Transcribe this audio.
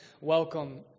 welcome